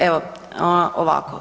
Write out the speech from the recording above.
Evo, ovako.